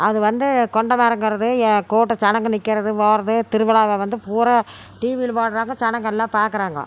அது வந்து குண்டம் இறங்கிறது ஏ கூட்டம் ஜனங்கள் நிற்கறது போவது திருவிழாவை வந்து பூரா டிவியில் பாேடுகிறாங்க ஜனங்கெல்லாம் பார்க்கறாங்கோ